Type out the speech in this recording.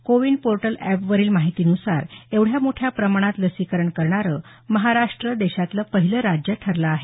CoWIN portal एपवरील माहितीनुसार एवढ्या मोठ्या प्रमाणात लसीकरण करणारं महाराष्ट्र देशातलं पहिलं राज्य ठरलं आहे